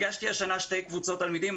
הגשתי השנה שתי קבוצות תלמדים,